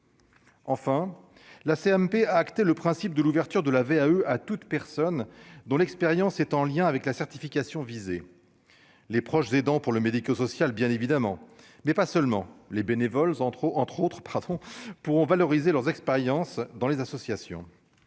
enfin, la CMP a acté le principe de l'ouverture de la VAE à toute personne dont l'expérience est en lien avec la certification visée : les proches aidants pour le médico-social, bien évidemment, mais pas seulement les bénévoles trop entre autres patrons pour valoriser leurs expériences dans les associations,